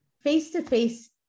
Face-to-face